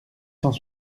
cent